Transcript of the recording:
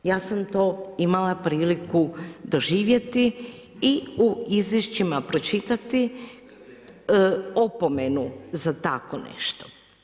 Ja sam to imala priliku doživjeti i u izvješćima pročitati opomenu za tako nešto.